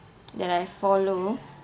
that I followed